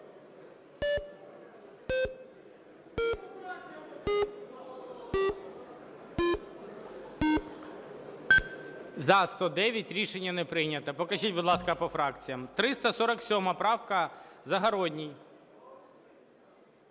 За-109 Рішення не прийнято. Покажіть, будь ласка, по фракціях. ГОЛОВУЮЧИЙ. 347 правка, Загородній.